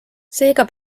seega